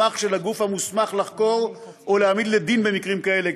מסמך של הגוף המוסמך לחקור או להעמיד לדין במקרים כאלה,